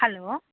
hello